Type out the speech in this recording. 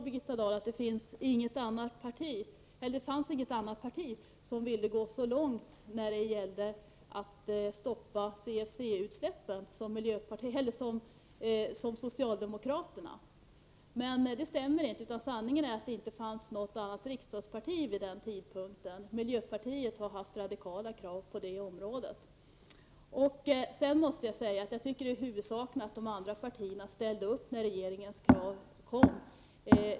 Birgitta Dahl sade att det fanns inget annat parti som ville gå så långt när det gällde att stoppa CFC-utsläppen som socialdemokraterna. Men det stämmer inte. Sanningen är att det inte fanns något annat riksdagsparti vid den tidpunkten. Miljöpartiet har haft radikala krav på det området. Jag tycker att det är huvudsaken att de andra partierna ställde upp när regeringens krav kom.